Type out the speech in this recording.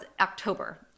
October